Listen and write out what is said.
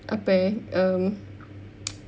apa eh um